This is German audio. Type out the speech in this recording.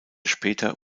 später